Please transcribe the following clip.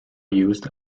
used